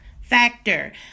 factor